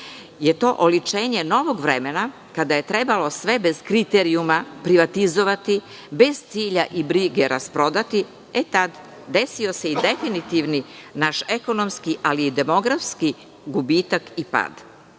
in i oličenje novog vremena, kada je trebalo sve bez kriterijuma privatizovati, bez cilja i brige rasprodati, tada se desio i definitivni naš ekonomski, ali i demografski gubitak i